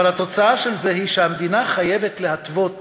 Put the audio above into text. אבל התוצאה של זה היא שהמדינה חייבת להתוות